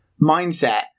mindset